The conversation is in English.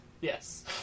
Yes